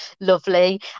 lovely